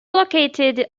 located